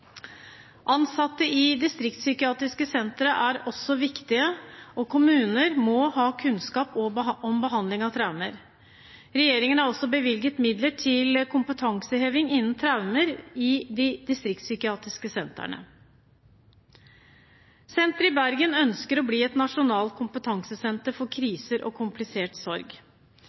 Ansatte i de distriktspsykiatriske sentrene er også viktige, og kommuner må ha kunnskap om behandling av traumer. Regjeringen har også bevilget midler til kompetanseheving innen traumer i de distriktspsykiatriske sentrene. Senteret i Bergen ønsker å bli et nasjonalt kompetansesenter for